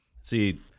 See